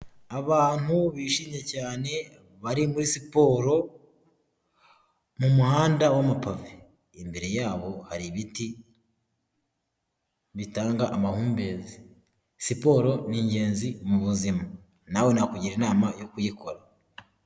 Abantu bishimye cyane bari muri siporo mu muhanda w'amapave, imbere yabo hari ibiti bitanga amahumbezi, siporo ni ingenzi mu buzima nawe nakugira inama yo kuyikora.